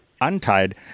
untied